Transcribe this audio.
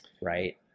right